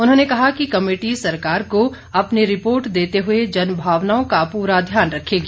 उन्होंने कहा कि कमेटी सरकार को अपनी रिपोर्ट देते हुए जन भावनाओं का पूरा ध्यान रखेगी